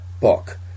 book